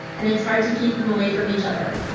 and it's hard to keep them away from each other.